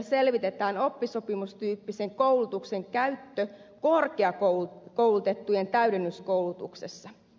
selvitetään oppisopimustyyppisen koulutuksen käyttö korkeakoulutettujen täydennyskoulutuksessa